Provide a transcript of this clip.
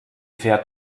fährt